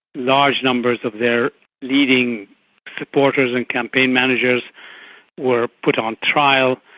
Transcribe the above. large numbers of their leading supporters and campaign managers were put on trial.